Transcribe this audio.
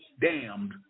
damned